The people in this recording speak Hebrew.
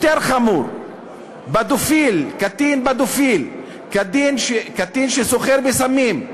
יותר חמור פדופיל, קטין פדופיל, קטין שסוחר בסמים,